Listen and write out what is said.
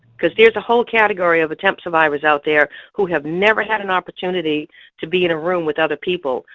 because there's a whole category of attempt survivors out there who have never had an opportunity to be in a room with other people,